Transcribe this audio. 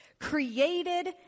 created